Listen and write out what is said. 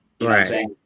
right